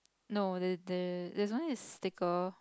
no there there there's only a sticker